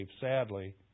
sadly